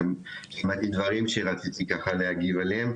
שמעתי דברים שרציתי להגיב עליהם.